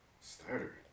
Starter